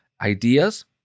ideas